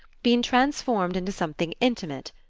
been transformed into something intimate,